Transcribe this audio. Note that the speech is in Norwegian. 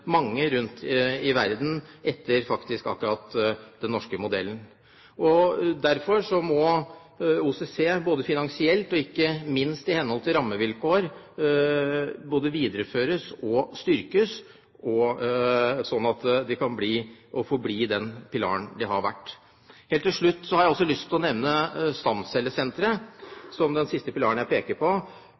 mange rundt om i verden – faktisk etter akkurat den norske modellen. Derfor må OCC både finansielt og ikke minst i henhold til rammevilkår videreføres og styrkes, slik at de kan forbli den pilaren de har vært. Helt til slutt har jeg lyst til å nevne Stamcellesenteret som den siste pilaren jeg peker på.